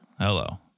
Hello